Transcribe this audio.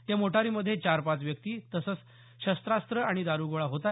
या मोटारीमध्ये चार पाच व्यक्ती तसंच शस्त्रास्त्रं आणि दारुगोळा होता